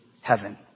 heaven